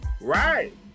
Right